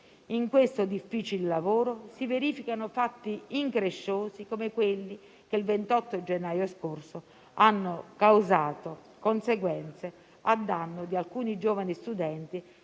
in questo difficile lavoro si verificano fatti incresciosi, come quelli che il 28 gennaio scorso hanno causato conseguenze a danno di alcuni giovani studenti